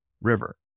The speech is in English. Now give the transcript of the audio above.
River